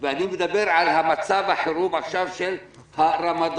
ואני מדבר על מצב החירום עכשיו של הרמדאן.